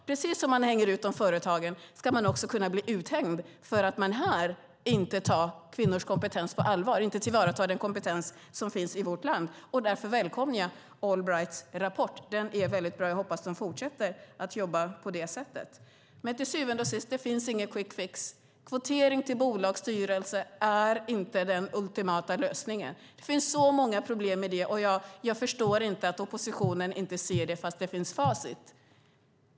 Precis som de företagen hängs ut ska man också kunna bli uthängd för att man här inte tar kvinnors kompetens på allvar, inte tillvaratar den kompetens som finns i vårt land. Därför välkomnar jag Allbrights rapport. Den är väldigt bra. Jag hoppas att de fortsätter att jobba på det sättet. Till syvende och sist finns det ingen quick fix. Kvotering till bolagsstyrelser är inte den ultimata lösningen. Det finns så många problem med det. Jag förstår inte att oppositionen inte ser det fast det finns facit.